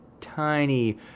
tiny